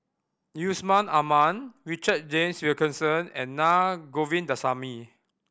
Yusman Aman Richard James Wilkinson and Naa Govindasamy